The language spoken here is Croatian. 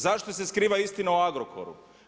Zašto se skriva istina o Agrokoru?